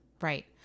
Right